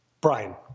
Brian